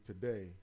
today